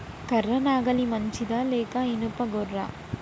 కర్ర నాగలి మంచిదా లేదా? ఇనుప గొర్ర?